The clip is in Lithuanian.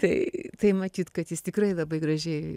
tai tai matyt kad jis tikrai labai gražiai